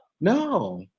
No